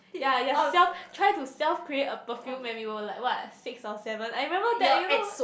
ya you are self trying to self create a perfume when we were like what six or seven I remember that you know